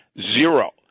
Zero